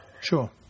sure